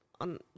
on